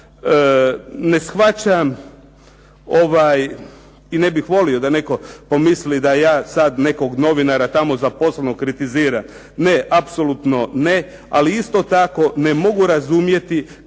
Ne shvaćam i ne bih volio da netko pomisli da ja sad nekog novinara tamo zaposlenog kritiziram. Ne, apsolutno ne, ali isto tako ne mogu razumjeti kada neki